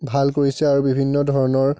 ভাল কৰিছে আৰু বিভিন্ন ধৰণৰ